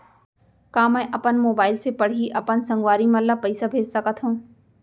का मैं अपन मोबाइल से पड़ही अपन संगवारी मन ल पइसा भेज सकत हो?